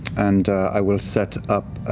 and i will set up,